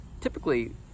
Typically